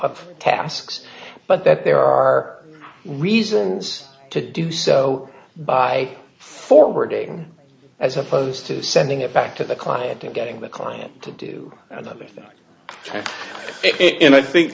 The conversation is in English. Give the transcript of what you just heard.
of tasks but that there are reasons to do so by forwarding as opposed to sending it back to the client to getting the client to do another it and i